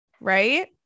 right